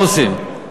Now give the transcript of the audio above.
מה עושים?